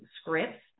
scripts